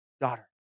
daughter